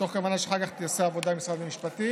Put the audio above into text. מתוך כוונה שאחר כך תיעשה עבודה עם משרד המשפטים,